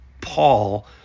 Paul